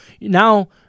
Now